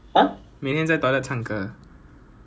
oh must be sixteen K ah okay I set sixteen K